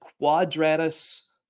quadratus